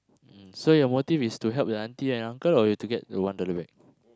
mm so your motive is to help the aunty and uncle or you to get the one dollar back